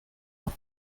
ans